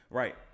right